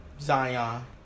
Zion